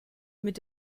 mit